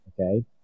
okay